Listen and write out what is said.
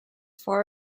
far